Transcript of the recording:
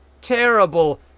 terrible